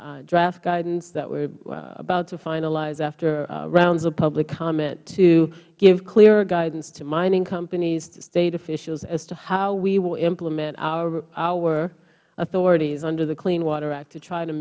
draft guidance that we are about to finalize after rounds of public comment to give clear guidance to mining companies to state officials as to how we will implement our authorities under the clean water act to try to